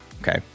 Okay